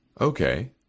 Okay